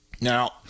Now